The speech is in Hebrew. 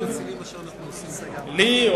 לי,